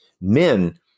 men